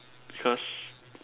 because